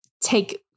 take